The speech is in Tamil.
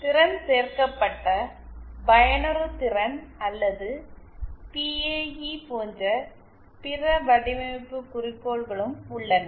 திறன் சேர்க்கப்பட்ட பயனுறுதிறன் அல்லது பிஏஇ போன்ற பிற வடிவமைப்பு குறிக்கோள்களும் உள்ளன